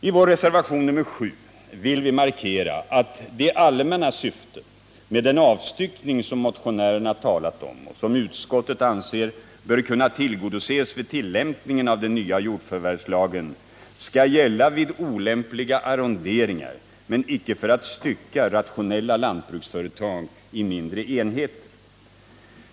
I vår reservation 7 vill vi markera att det allmänna syftet med den avstyckning som motionärerna talat om, och som utskottet anser bör kunna tillgodoses vid tillämpningen av den nya jordförvärvslagen, skall gälla vid olämpliga arronderingar men icke för att stycka rationella lantbruksföretag i mindre enheter.